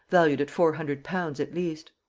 valued at four hundred pounds at least.